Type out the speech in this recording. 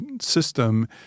system